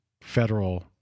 federal